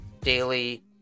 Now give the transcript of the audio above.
daily